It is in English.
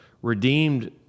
Redeemed